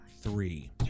three